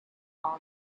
all